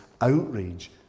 outrage